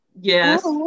Yes